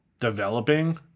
developing